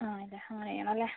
ആ അതെ അങ്ങനെ ചെയ്യണം അല്ലേ